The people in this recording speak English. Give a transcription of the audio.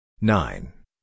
nine